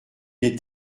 est